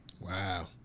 Wow